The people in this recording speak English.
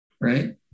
right